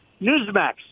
Newsmax